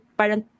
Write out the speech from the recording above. parang